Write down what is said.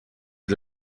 que